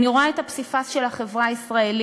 אני רואה את הפסיפס של החברה הישראלית,